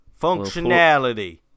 functionality